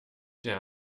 der